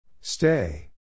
Stay